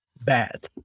bad